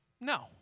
no